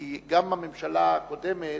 כי גם הממשלה הקודמת,